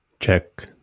Check